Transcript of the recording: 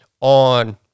on